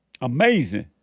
Amazing